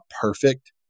perfect